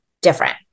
different